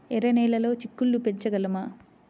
ఎర్ర నెలలో చిక్కుళ్ళు పెంచగలమా?